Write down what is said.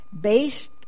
based